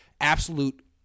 absolute